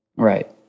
Right